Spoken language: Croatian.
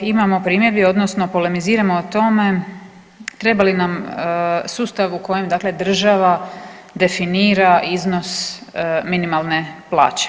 imamo primjedbi odnosno polemiziramo o tome treba li nam sustav u kojem dakle država definira iznos minimalne plaće.